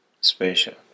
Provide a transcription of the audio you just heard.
special